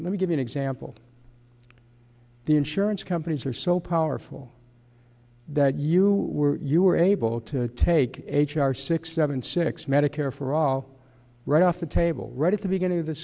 power let me give you an example the insurance companies are so powerful that you were you were able to take h r six seven six medicare for all right off the table right at the beginning of th